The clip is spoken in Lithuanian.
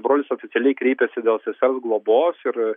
brolis oficialiai kreipėsi dėl sesers globos ir